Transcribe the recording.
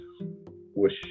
wish